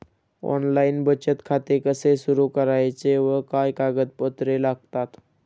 Online बचत खाते कसे सुरू करायचे व काय कागदपत्रे लागतात?